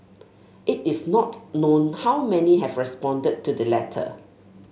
it is not known how many have responded to the letter